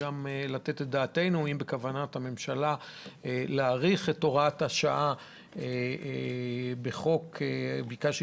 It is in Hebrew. אם בכוונת הממשלה להאריך את הוראת השעה בחוק ביקשתי